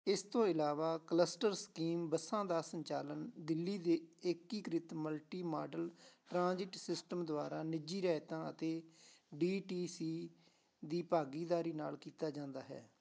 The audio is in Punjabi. ਇਸ ਤੋਂ ਇਲਾਵਾ ਕਲਸਟਰ ਸਕੀਮ ਬੱਸਾਂ ਦਾ ਸੰਚਾਲਨ ਦਿੱਲੀ ਦੇ ਏਕੀਕ੍ਰਿਤ ਮਲਟੀ ਮਾਡਲ ਟ੍ਰਾਂਜ਼ਿਟ ਸਿਸਟਮ ਦੁਆਰਾ ਨਿੱਜੀ ਰਿਆਇਤਾਂ ਅਤੇ ਡੀ ਟੀ ਸੀ ਦੀ ਭਾਗੀਦਾਰੀ ਨਾਲ ਕੀਤਾ ਜਾਂਦਾ ਹੈ